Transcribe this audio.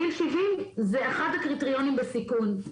גיל 70 זה אחד הקריטריונים בסיכון.